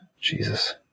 Jesus